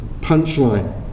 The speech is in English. punchline